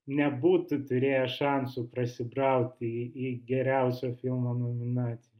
nebūtų turėję šansų prasibrauti į geriausio filmo nominaciją